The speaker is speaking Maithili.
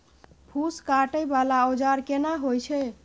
फूस काटय वाला औजार केना होय छै?